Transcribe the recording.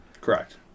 Correct